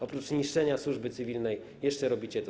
Oprócz niszczenia służby cywilnej jeszcze robicie to.